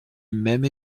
même